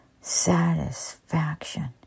satisfaction